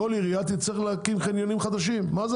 כל עירייה תצטרך להקים חניונים חדשים.